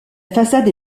façade